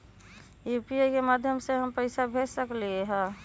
UPI के माध्यम से हम पैसा भेज सकलियै ह?